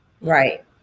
Right